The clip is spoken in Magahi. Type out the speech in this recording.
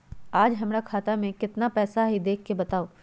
आज हमरा खाता में केतना पैसा हई देख के बताउ?